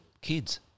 kids